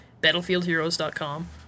battlefieldheroes.com